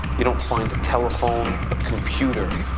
you don't find a telephone, a computer.